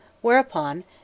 Whereupon